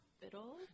hospital